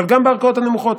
אבל גם בערכאות הנמוכות,